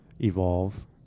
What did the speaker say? evolve